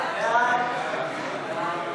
ההצעה להעביר את הצעת חוק המפלגות (תיקון מס'